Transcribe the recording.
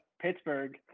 Pittsburgh